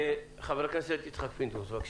חבר הכנסת יצחק פינדרוס, בבקשה.